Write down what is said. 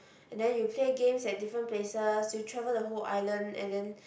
and then you play games at different places you travel the whole island and then